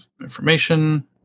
information